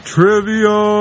Trivia